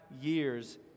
years